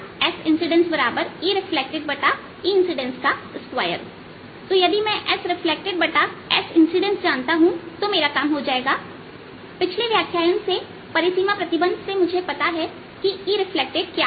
SreflectedSincident EreflectedEincident2तो यदि मैं SreflectedSincident जानता हूं तो मेरा काम हो गया पिछले व्याख्यान से परिसीमा प्रतिबंध से मुझे पता है कि ER क्या होगा